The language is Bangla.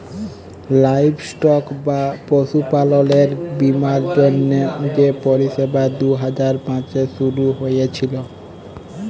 লাইভস্টক বা পশুপাললের বীমার জ্যনহে যে পরিষেবা দু হাজার পাঁচে শুরু হঁইয়েছিল